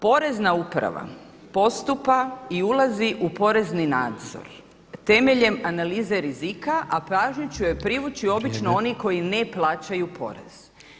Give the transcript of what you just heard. Porezna uprava postupa i ulazi u porezni nadzor temeljem analize rizika a pažnju će joj privući obično oni koji ne plaćaju porez.